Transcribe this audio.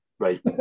Right